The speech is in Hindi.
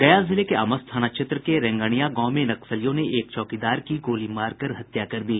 गया जिले के आमस थाना क्षेत्र के रेंगनियां गांव में नक्सलियों ने एक चौकीदार की गोली मारकर हत्या कर दी